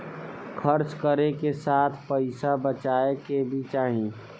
खर्च करे के साथ पइसा बचाए के भी चाही